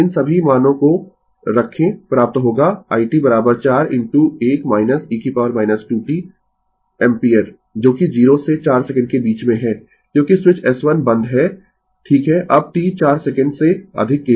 इन सभी मानों को रखें प्राप्त होगा i t 4 into 1 - e 2t ampere जो कि 0 से 4 सेकंड के बीच में है क्योंकि स्विच S1 बंद है ठीक है अब t 4 सेकंड से अधिक के लिए